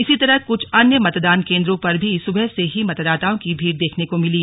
इसी तरह कुछ अन्य मतदान केंद्रों पर भी सुबह से ही मतदाताओं की भीड़ देखने को मिली